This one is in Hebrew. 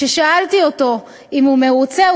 כששאלתי אותו אם הוא מרוצה,